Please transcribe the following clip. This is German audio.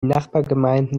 nachbargemeinden